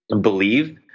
believe